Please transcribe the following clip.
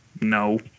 no